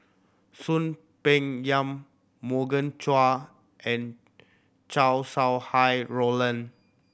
Soon Peng Yam Morgan Chua and Chow Sau Hai Roland